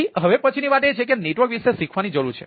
તેથી હવે પછીની વાત એ છે કે નેટવર્ક વિશે શીખવાની જરૂર છે